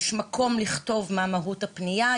יש מקום לכתוב מה היא מהות הפניה,